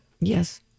yes